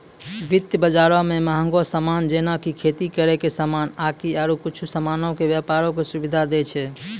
वित्त बजारो मे मंहगो समान जेना कि खेती करै के समान आकि आरु कुछु समानो के व्यपारो के सुविधा दै छै